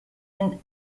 den